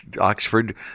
Oxford